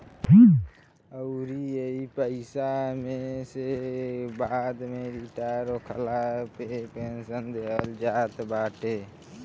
अउरी एही पईसा में से बाद में रिटायर होखला पे पेंशन देहल जात बाटे